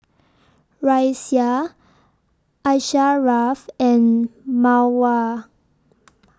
Raisya Asharaff and Mawar